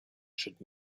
should